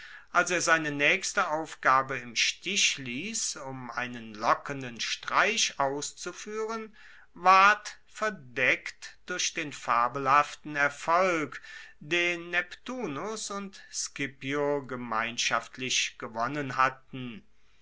als er seine naechste aufgabe im stich liess um einen lockenden streich auszufuehren ward verdeckt durch den fabelhaften erfolg den neptunus und scipio gemeinschaftlich gewonnen hatten